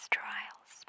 trials